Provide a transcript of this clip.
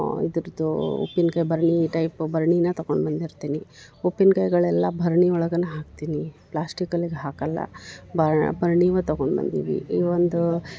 ಇದ್ರದ್ದೂ ಉಪ್ಪಿನ್ಕಾಯಿ ಭರಣಿ ಟೈಪ್ ಭರಣಿನ ತಗೊಂಡು ಬಂದಿರ್ತೀನಿ ಉಪ್ಪಿನ್ಕಾಯ್ಗಳು ಎಲ್ಲ ಭರಣಿ ಒಳ್ಗೇನೆ ಹಾಕ್ತೀನಿ ಪ್ಲಾಸ್ಟಿಕಲಿಗೆ ಹಾಕೋಲ್ಲ ಬರೋ ಭರ್ಣಿವ ತಗೊಂಡು ಬಂದೀವಿ ಈ ಒಂದು